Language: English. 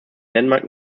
denmark